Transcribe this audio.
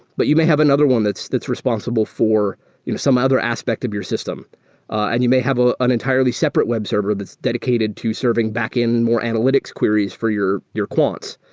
but you may have another one that's that's responsible for you know some other aspect of your system and you may have ah an entirely separate web server that's dedicated to serving back in more analytics queries for your your quants.